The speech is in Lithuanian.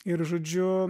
ir žodžiu